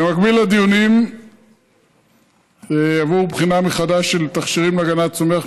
במקביל לדיונים עבור בחינה מחדש של תכשירים להגנת הצומח,